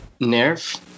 Nerf